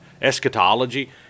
eschatology